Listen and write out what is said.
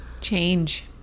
Change